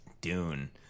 Dune